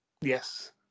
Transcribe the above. Yes